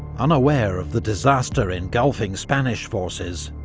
unaware of the disaster engulfing spanish forces,